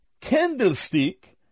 candlestick